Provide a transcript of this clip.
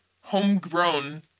homegrown